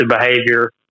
behavior